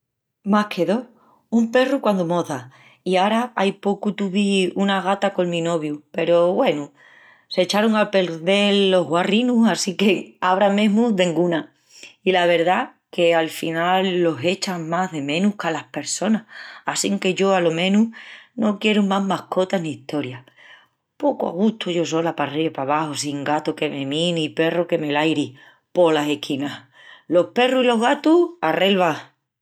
Más que dos, un perru quandu moça i ara ai pocu tuvi una gata col mi noviu peru güenu, s'echarun a perdel los guarrinus assinque ara mesmu denguna. I la verdá que afinal los echas más de menus qu'alas pressonas assinque yo alo menus no quieru más mascotas ni estorias. Pocu a gustu yo sola parriba i pabaxu sin gatu que me míi ni perru que me lairi polas esquinas. Los perrus i los gatus, a relva.